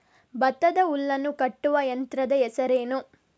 ಭತ್ತದ ಹುಲ್ಲನ್ನು ಕಟ್ಟುವ ಯಂತ್ರದ ಹೆಸರೇನು?